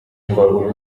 uru